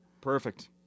Perfect